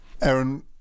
Aaron